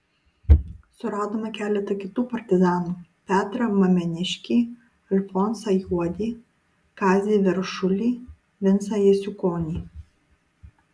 suradome keletą kitų partizanų petrą mameniškį alfonsą juodį kazį veršulį vincą jasiukonį